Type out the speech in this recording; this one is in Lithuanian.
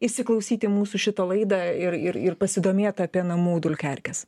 įsiklausyti mūsų šitą laida ir ir ir pasidomėt apie namų dulkių erkes